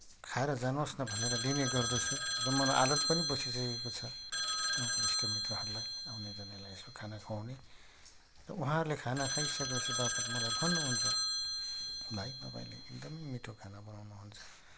खाएर जानुहोस् न भनेर दिने गर्दछु र मलाई आदत पनि बसिसकेको छ गाउँका इष्टमित्रहरूलाई आउनेजानेलाई यसो खाना खुवाउने र उहाँहरूले खाना खाइसकेपछि वापत मलाई भन्नुहुन्छ भाइ तपाईँले एकदम मिठो खाना बनाउनुहुन्छ